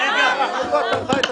איפה אתה חי?